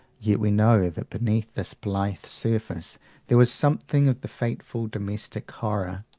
yet we know that beneath this blithe surface there was something of the fateful domestic horror,